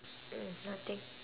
mm nothing